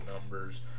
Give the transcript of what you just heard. numbers